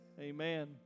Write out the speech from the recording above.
Amen